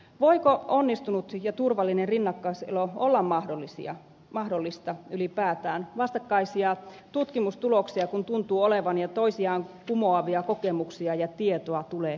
voiko onnistunut ja turvallinen rinnakkaiselo olla mahdollista ylipäätään vastakkaisia tutkimustuloksia kun tuntuu olevan ja toisiaan kumoavia kokemuksia ja tietoa tulee ympäri maailmaa